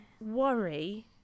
worry